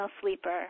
sleeper